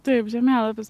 taip žemėlapis